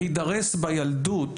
להידרס בילדות